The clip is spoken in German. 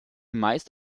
meist